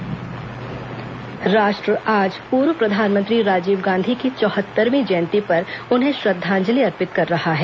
राजीव गांधी जयंती राष्ट्र आज पूर्व प्रधानमंत्री राजीव गांधी की चौहत्तरवी जयंती पर उन्हें श्रद्वांजलि अर्पित कर रहा है